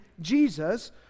Jesus